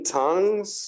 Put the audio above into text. tongues